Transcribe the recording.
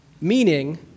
Meaning